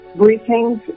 briefings